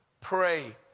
pray